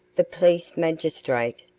the police magistrate,